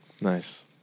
Nice